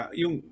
yung